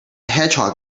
hedgehog